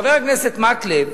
חבר הכנסת מקלב